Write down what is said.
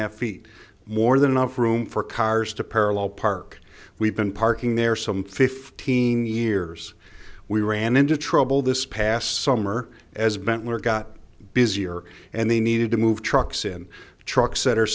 half feet more than enough room for cars to parallel park we've been parking there some fifteen years we ran into trouble this past summer as bentley got busier and they needed to move trucks in trucks that are